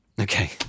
Okay